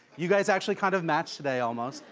you guys actually kind of match today almost.